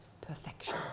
perfection